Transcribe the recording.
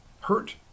hurt